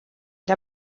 der